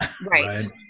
Right